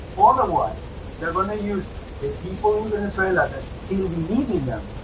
otherwise they're gonna use the people venezuela that it will be needing them